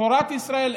תורת ישראל,